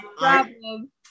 problem